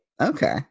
Okay